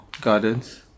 Gardens